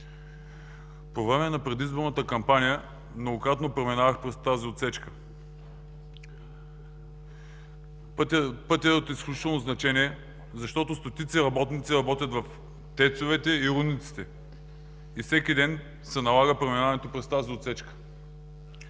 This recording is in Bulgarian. По време на предизборната кампания многократно преминавах през тази отсечка. Пътят е от изключително значение, защото стотици работници работят в ТЕЦ-овете и рудниците и всеки ден им се налага преминаването през тази отсечка.